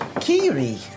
Kiri